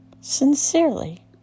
sincerely